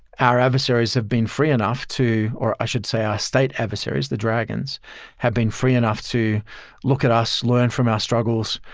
our adversaries have been free enough to. or i should say our state adversaries, the dragons have been free enough to look at us, learn from our struggles,